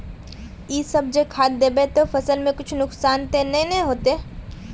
इ सब जे खाद दबे ते फसल में कुछ नुकसान ते नय ने होते